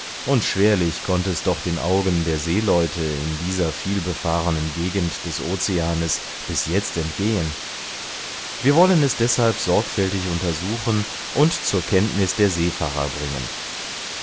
und schwerlich konnte es doch den augen der seeleute in dieser vielbefahrenen gegend des oceanes bis jetzt entgehen wir wollen es deshalb sorgfältig untersuchen und zur kenntniß der seefahrer bringen